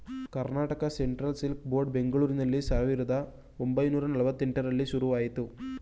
Karnataka central silk board ಬೆಂಗಳೂರಿನಲ್ಲಿ ಸಾವಿರದ ಒಂಬೈನೂರ ನಲ್ವಾತ್ತೆಂಟರಲ್ಲಿ ಶುರುವಾಯಿತು